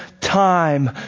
time